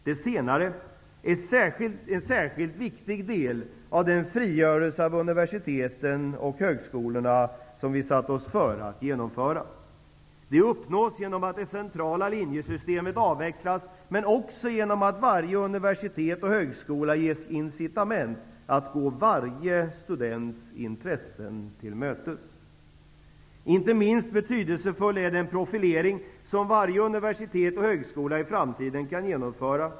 Det senare är en särskilt viktig del av den frigörelse av universiteten och högskolorna som vi satt oss före att genomföra. Det uppnås genom att det centrala linjesystemet avvecklas, men också genom att varje universitet och högskola ges incitament att gå varje students intressen till mötes. Inte minst betydelsefull är den profilering som varje universitet och högskola i framtiden kan genomföra.